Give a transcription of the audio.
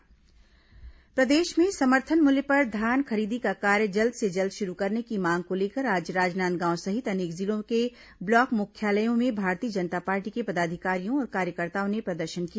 धान खरीदी प्रदर्शन प्रदेश में समर्थन मूल्य पर धान खरीदी का कार्य जल्द से जल्द शुरू करने की मांग को लेकर आज राजनांदगांव सहित अनेक जिलों के ब्लॉक मुख्यालयों में भारतीय जनता पार्टी के पदाधिकारियों और कार्यकर्ताओं ने प्रदर्शन किया